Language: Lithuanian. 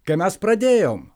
kai mes pradėjom